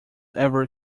ever